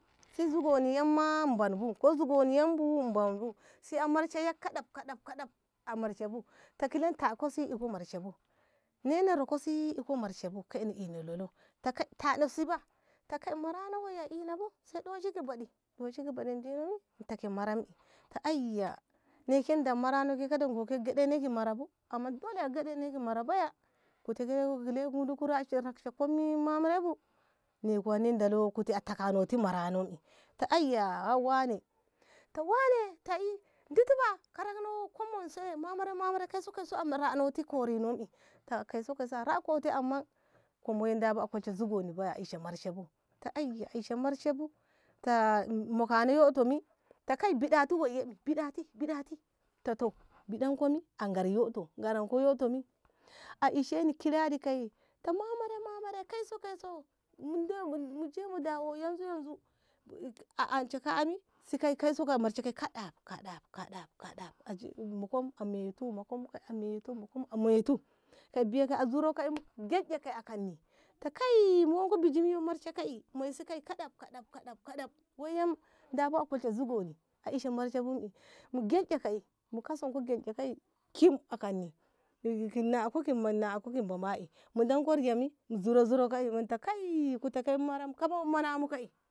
si zugoni yamma in banbu zugoni yambu in banbu si a marshe yak kaɗaf- kaɗaf- kaɗaf a marshe bu ta kile in taƴa si iko marshe bu ne'e ne roka si iko marshe bu kai na ina lolo ta kai taɗa si ba ta kai marano wonse a ina bu kaba ɗoshi ki baɗi ɗoshi ki baɗi indino me in teke marai. e ta aiya ne'e inda mara no kada ngo ke gyaɗo no ki mara bu amma dole kaba a gyade ne. e ki mara baya zuni a ra rasha rokshe komye mamare bu ne'e me na dalo kute in teka no ti marano eta aiya wane ta wane ta i diti ba ko rakno kom woi mamare mamare kaiso kaiso a ranoti korinno e ta kaiso kaiso a rakoti me amma kom ye na dabu a kolshe zugoni baya a ishe marshe bu ta moka ƙoto mi ta kai biɗati woi'e biɗati woi e biɗati biɗati ta toh biɗanko ye a ngar yoto ngaranko ƙoto a ishenni kirari ta mamare- mamare- mamare kaiso- kaiso muje mu dawo yanzu- yanzu anshe ka'i yane a marshe kaɗaf kaɗaf mokom a metu mokom a metu kai biya a kaia zuro ta kai mu gyen ke a kan ta kai mu wanko bijimi yo marshe ka'i moisi ke'e kaɗaf kaɗaf woi ye dama a kolshe zugonni a marshe bu gyenƙa zugoni mu kasanko gyanƙa ka'i kim a kanni ki nako ki man nako ki babaɗi mudan kanni yani zura zura kai munta kaiikuta kimaram kabo manarum kai.